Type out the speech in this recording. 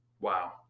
Wow